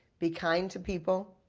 be kind to people,